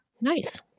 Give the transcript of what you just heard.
Nice